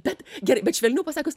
bet gerai bet švelniau pasakius